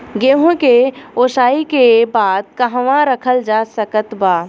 गेहूँ के ओसाई के बाद कहवा रखल जा सकत बा?